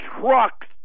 trucks